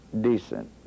decent